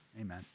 Amen